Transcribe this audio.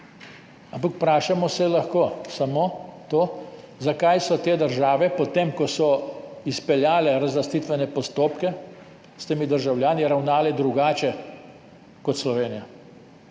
Ampak vprašamo se lahko samo to, zakaj so te države po tem, ko so izpeljale razlastitvene postopke, s temi državljani ravnale drugače kot Slovenija.